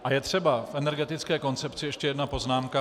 A je třeba v energetické koncepci ještě jedna poznámka.